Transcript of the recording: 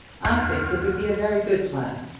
i think it would be a very good plan,